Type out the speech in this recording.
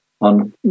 on